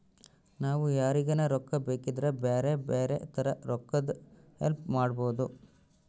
ನಾವು ಯಾರಿಗನ ರೊಕ್ಕ ಬೇಕಿದ್ರ ಬ್ಯಾರೆ ಬ್ಯಾರೆ ತರ ರೊಕ್ಕದ್ ಹೆಲ್ಪ್ ಮಾಡ್ಬೋದು